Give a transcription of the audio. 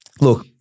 Look